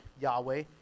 Yahweh